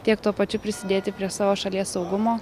tiek tuo pačiu prisidėti prie savo šalies saugumo